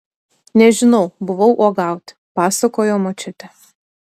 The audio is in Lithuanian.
nežinau buvau uogauti pasakojo močiutė